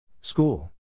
school